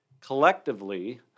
collectively